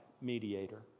mediator